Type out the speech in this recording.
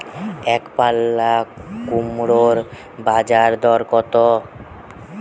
একপাল্লা কুমড়োর বাজার দর কত?